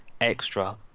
extra